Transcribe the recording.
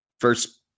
first